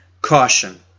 caution